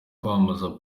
kwamamaza